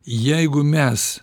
jeigu mes